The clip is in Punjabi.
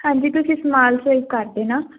ਹਾਂਜੀ ਤੁਸੀਂ ਸਮਾਲ ਸੇਵ ਕਰ ਦੇਣਾ